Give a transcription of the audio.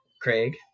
Craig